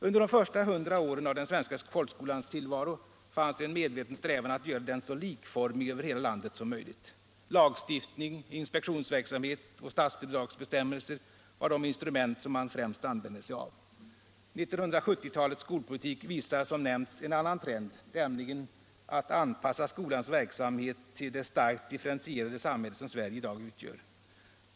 Under de första hundra åren av den svenska folkskolans tillvaro fanns en medveten strävan att göra den så likformig över hela landet som möjligt. Lagstiftning, inspektionsverksamhet och statsbidragsbestämmelser var de instrument som man främst använde sig av. 1970-talets skolpolitik visar som nämnts en annan trend, nämligen att anpassa skolans verksamhet till det starkt differentierade samhälle som Sverige i dag utgör.